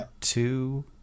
two